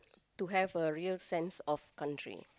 to have a real sense of country